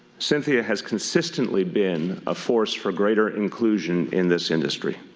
cynthia has consistently been a force for greater inclusion in this industry.